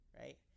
right